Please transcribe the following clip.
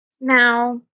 Now